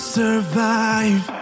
survive